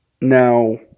Now